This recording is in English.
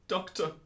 Doctor